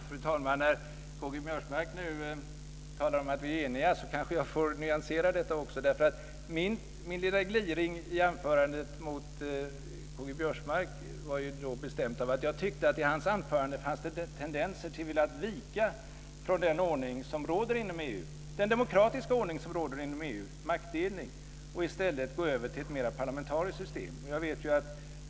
Fru talman! K-G Biörsmark talar om att vi är eniga. Låt mig nyansera det. Min lilla gliring mot K-G Biörsmark grundade sig på att det i hans anförande fanns tendenser till att vika från den demokratiska ordning som råder inom EU, maktdelning, och i stället gå över till ett mer parlamentariskt system.